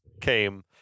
came